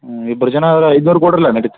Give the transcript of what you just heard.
ಹಾಂ ಇಬ್ರು ಜನ ಐದುನೂರು ಕೊಡ್ರಲ್ಲಾ ನಡಿತ್